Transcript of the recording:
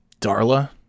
Darla